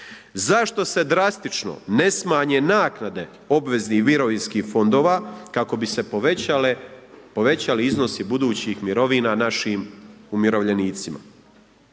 Zašto se drastično ne smanje naknade obveznih mirovinskih fondova kako bi se povećali iznosi budućih mirovina našim umirovljenicima.